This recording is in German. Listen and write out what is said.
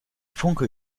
funke